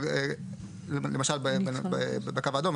אבל למשל בקו האדום,